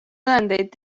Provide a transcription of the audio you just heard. tõendeid